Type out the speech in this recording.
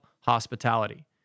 hospitality